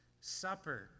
Supper